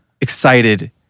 Excited